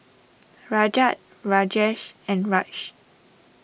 Rajat Rajesh and Raj